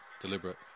deliberate